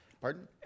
Pardon